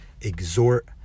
exhort